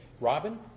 Robin